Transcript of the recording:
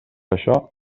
això